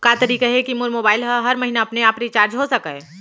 का तरीका हे कि मोर मोबाइल ह हर महीना अपने आप रिचार्ज हो सकय?